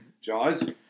Jaws